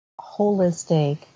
holistic